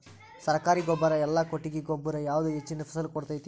ಸರ್ಕಾರಿ ಗೊಬ್ಬರ ಇಲ್ಲಾ ಕೊಟ್ಟಿಗೆ ಗೊಬ್ಬರ ಯಾವುದು ಹೆಚ್ಚಿನ ಫಸಲ್ ಕೊಡತೈತಿ?